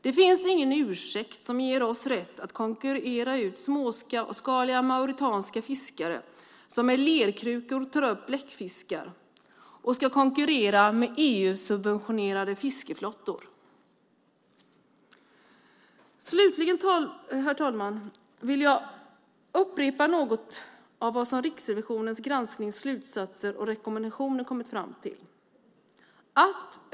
Det finns ingen ursäkt som ger oss rätt att konkurrera ut småskaliga mauretanska fiskare som med lerkrukor tar upp bläckfiskar och ska konkurrera med EU-subventionerade fiskeflottor. Herr talman! Slutligen vill jag upprepa något av vad Riksrevisionen kommit fram till i sina slutsatser och rekommendationer.